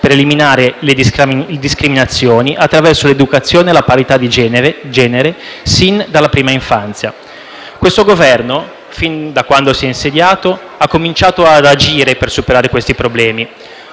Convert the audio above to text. per eliminare le discriminazioni attraverso l'educazione alla parità di genere sin dalla prima infanzia. Questo Governo, fin da quando si è insediato, ha cominciato ad agire per superare siffatti problemi.